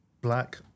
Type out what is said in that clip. black